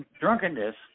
drunkenness